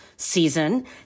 season